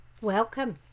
Welcome